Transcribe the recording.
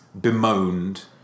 bemoaned